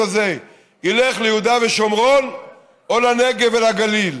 הזה ילך ליהודה ושומרון או לנגב ולגליל,